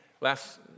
last